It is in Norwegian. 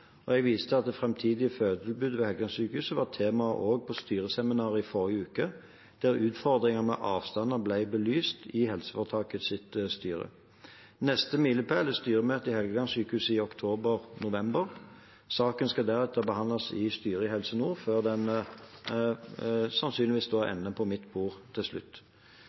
Jeg viser til at det framtidige fødetilbudet ved Helgelandssykehuset var tema også på styreseminaret i forrige uke, der utfordringer med avstander ble belyst i helseforetakets styre. Neste milepæl er styremøtet i Helgelandssykehuset i oktober/november. Saken skal deretter behandles i styret i Helse Nord, før den sannsynligvis ender på mitt bord til slutt.